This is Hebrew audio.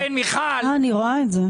אני רואה את זה.